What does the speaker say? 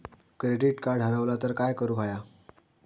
Credit card हरवला तर काय करुक होया?